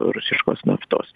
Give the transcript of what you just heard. rusiškos naftos